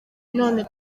none